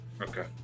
Okay